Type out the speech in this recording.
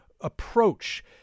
approach